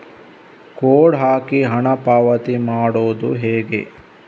Code ಹಾಕಿ ಹಣ ಪಾವತಿ ಮಾಡೋದು ಹೇಗೆ?